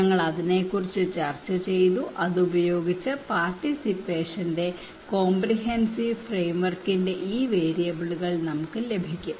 ഞങ്ങൾ അതിനെക്കുറിച്ച് ചർച്ച ചെയ്തു അതുപയോഗിച്ച് പാർട്ടിസിപ്പേഷൻറെ കോമ്പ്രിഹെൻസീവ് ഫ്രെയിംവർക്കിന്റെ ഈ വേരിയബിളുകൾ നമുക്ക് ലഭിക്കും